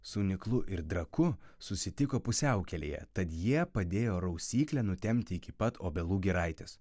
su niklu ir draku susitiko pusiaukelėje tad jie padėjo rausyklę nutempti iki pat obelų giraitės